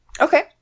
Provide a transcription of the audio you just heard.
Okay